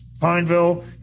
pineville